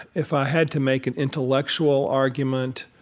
if i had to make an intellectual argument,